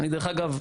דרך אגב,